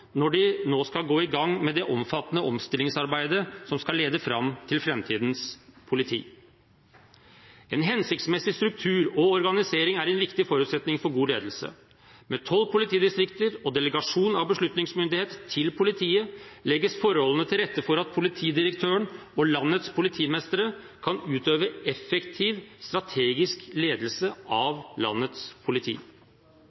når de nå skal gå i gang med det omfattende omstillingsarbeidet som skal lede fram til framtidens politi. En hensiktsmessig struktur og organisering er en viktig forutsetning for god ledelse. Med 12 politidistrikter og delegasjon av beslutningsmyndighet til politiet legges forholdene til rette for at politidirektøren og landets politimestre kan utøve effektiv strategisk ledelse av landets politi.